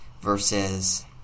versus